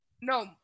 No